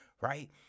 right